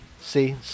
See